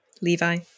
Levi